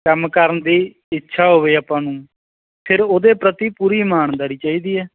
ਕੰਮ ਕਰਨ ਦੀ ਇੱਛਾ ਹੋਵੇ ਆਪਾਂ ਨੂੰ ਫਿਰ ਉਹਦੇ ਪ੍ਰਤੀ ਪੂਰੀ ਇਮਾਨਦਾਰੀ ਚਾਹੀਦੀ ਹੈ